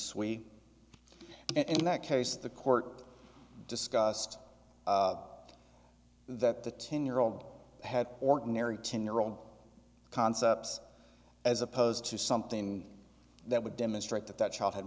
and in that case the court discussed that the ten year old had ordinary ten year old concepts as opposed to something that would demonstrate that that child had